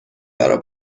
برا